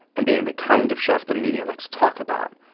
and being the kind of chef the media likes to talk about.